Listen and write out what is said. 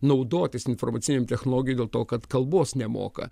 naudotis informacinėm technologijom dėl to kad kalbos nemoka